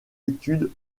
études